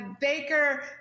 Baker